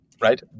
right